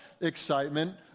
excitement